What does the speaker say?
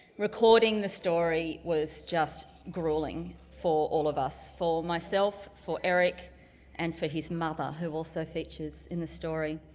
recording the story was just grueling for all of us. for myself, for eric and for his mother, who also so features in the story.